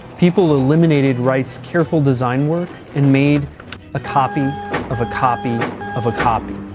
people eliminated wright's careful design work and made a copy of a copy of a copy.